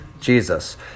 Jesus